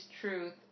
truth